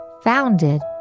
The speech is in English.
founded